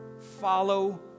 follow